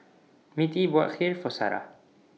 Mittie bought Kheer For Sarrah